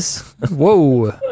Whoa